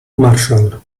marshall